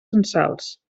censals